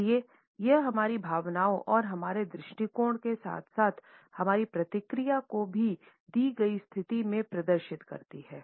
इसलिए यह हमारी भावनाओं और हमारे दृष्टिकोण के साथ साथ हमारी प्रतिक्रिया को भी दी गई स्थिति में प्रदर्शित करती है